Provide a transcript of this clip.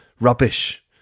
rubbish